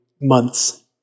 months